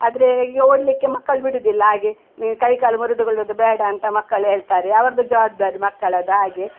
ಆದರೆ ಈಗ ಓಡಲಿಕ್ಕೆ ಮಕ್ಕಳು ಬಿಡುವುದಿಲ್ಲ ಹಾಗೆ ನೀನು ಕೈಕಾಲು ಮುರಿದುಕೊಳ್ಳೋದು ಬೇಡ ಅಂತ ಮಕ್ಕಳು ಹೇಳ್ತಾರೆ ಅವರದ್ದು ಜವಾಬ್ದಾರಿ ಮಕ್ಕಳದ್ದು ಹಾಗೆ